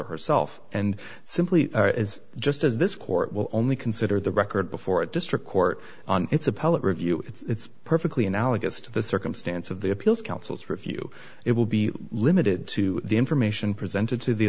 or herself and simply as just as this court will only consider the record before a district court on its appellate review it's perfectly analogous to the circumstance of the appeals council's for if you it will be limited to the information presented to the